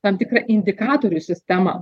tam tikrą indikatorių sistemą